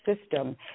system